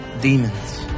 demons